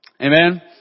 Amen